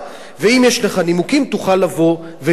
ואם יש לך נימוקים תוכל לבוא ולהתנגד.